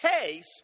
case